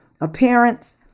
appearance